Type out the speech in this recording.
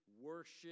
worship